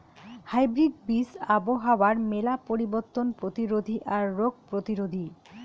hybrid বীজ আবহাওয়ার মেলা পরিবর্তন প্রতিরোধী আর রোগ প্রতিরোধী